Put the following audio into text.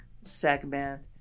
segment